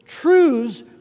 truths